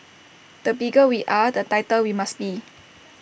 the bigger we are the tighter we must be